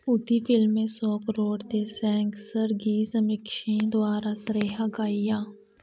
उं'दी फिल्में सौ करोड़ ते सैंसर गी समीक्षकें द्वारा सराहेआ गेआ